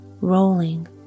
rolling